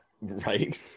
right